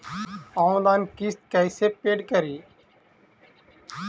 Online किस्त कैसे paid करि?